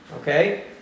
okay